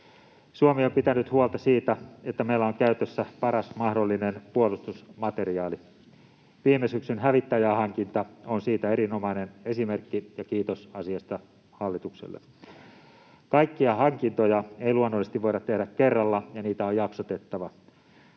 Suomi on pitänyt huolta siitä, että meillä on käytössä paras mahdollinen puolustusmateriaali. Viime syksyn hävittäjähankinta on siitä erinomainen esimerkki, ja kiitos asiasta hallitukselle. Kaikkia hankintoja ei luonnollisesti voida tehdä kerralla, ja niitä on jaksotettava.